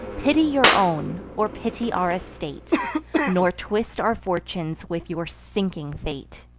pity your own, or pity our estate nor twist our fortunes with your sinking fate.